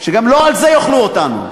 שגם על זה לא יאכלו אותנו.